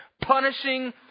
punishing